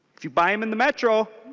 if you buy them in the metro